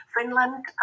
Finland